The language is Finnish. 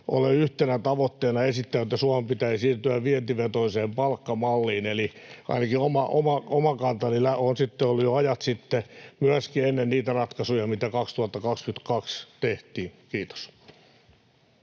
olen yhtenä tavoitteena esittänyt, että Suomen pitää siirtyä vientivetoiseen palkkamalliin, eli ainakin oma kantani on ollut jo ajat sitten, myöskin ennen niitä ratkaisuja, mitä 2022 tehtiin. — Kiitos.